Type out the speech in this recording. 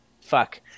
Fuck